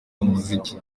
umuziki